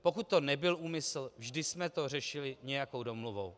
Pokud to nebyl úmysl, vždy jsme to řešili nějakou domluvou.